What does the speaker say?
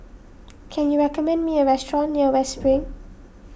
can you recommend me a restaurant near West Spring